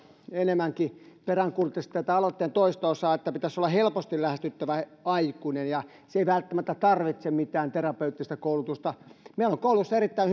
enemmänkin peräänkuuluttaisin tätä aloitteen toista osaa että pitäisi olla helposti lähestyttävä aikuinen hän ei välttämättä tarvitse mitään terapeuttista koulutusta meillä on kouluissa erittäin